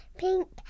pink